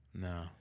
No